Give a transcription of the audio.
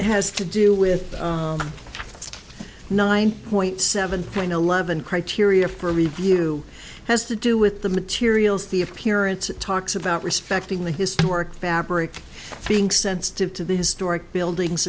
has to do with nine point seven plane eleven criteria for a review has to do with the materials the appearance it talks about respecting the historic fabric being sensitive to the historic buildings